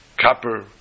copper